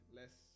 less